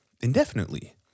indefinitely